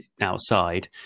outside